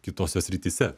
kitose srityse